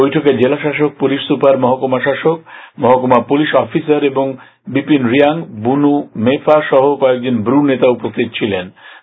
বৈঠকে জেলা শাসক পুলিশ সুপার মহকুমা শাসক মহকুমা পুলিশ অফিসার এবং বিপীন রিয়াং ব্রুনু মেফা সহ কয়েকজন ব্রু নেতা উপস্থিত ছিলেন